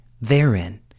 therein